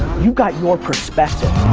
you got your perspective